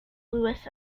louis